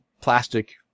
plastic